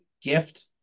gift